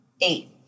Eight